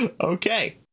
okay